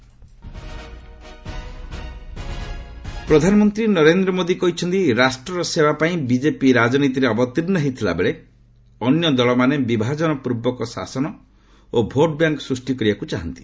PM ଇଣ୍ଟରାକୁନ ପ୍ରଧାନମନ୍ତ୍ରୀ ନରେନ୍ଦ୍ର ମୋଦି କହିଛନ୍ତି ରାଷ୍ଟ୍ରର ସେବା ପାଇଁ ବିଜେପି ରାଜନୀତିରେ ଅବତୀର୍ଷ୍ଣ ହୋଇଥିବାବେଳେ ଅନ୍ୟ ଦଳମାନେ ବିଭାଜନ ପୂର୍ବକ ଶାସନ ଓ ଭୋଟବ୍ୟାଙ୍କ ସୃଷ୍ଟି କରିବାକୁ ଚାହାଁନ୍ତି